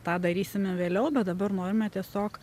tą darysime vėliau bet dabar norime tiesiog